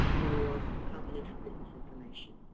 for confidential business information.